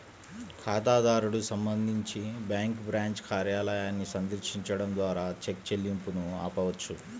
ఖాతాదారుడు సంబంధించి bank branch కార్యాలయాన్ని సందర్శించడం ద్వారా చెక్ చెల్లింపును ఆపవచ్చు